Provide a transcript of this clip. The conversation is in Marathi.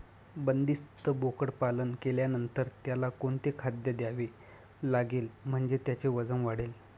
बंदिस्त बोकडपालन केल्यानंतर त्याला कोणते खाद्य द्यावे लागेल म्हणजे त्याचे वजन वाढेल?